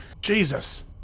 Jesus